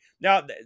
now